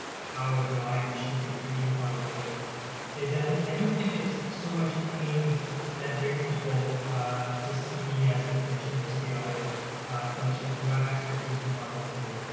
how and why we should be treating chronic pain is that i don't think it's so much pain that brings people to see me as a clinician or see other clinicians who have expertise in chronic pain.